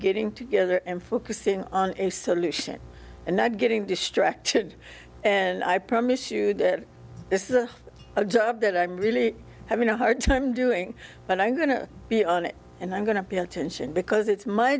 getting together and focusing on a solution and not getting distracted and i promise you that this is a job that i'm really having a hard time doing but i'm going to be on it and i'm going to pay attention because it's my